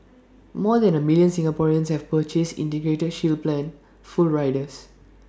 more than A million Singaporeans have purchased integrated shield plan full riders